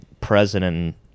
president